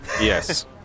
Yes